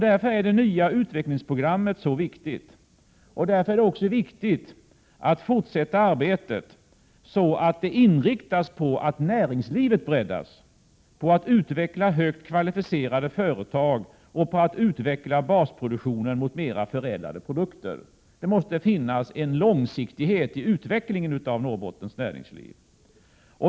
Därför är det nya utvecklingsprogrammet så viktigt och därför är det också viktigt att fortsätta arbetet, så att näringslivet breddas, så att det utvecklas högt kvalificerade företag och så att basproduktionen utvecklas mot mera förädlade produkter. Det måste finnas en långsiktighet i utvecklingen av Norrbottens näringsliv.